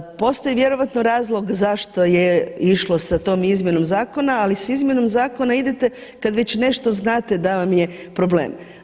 Postoji vjerojatno razlog zašto je išlo sa tom izmjenom zakona, ali sa izmjenom zakona idete kad već nešto znate da vam je problem.